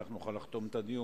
וכך נוכל לחתום את הדיון,